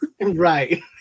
right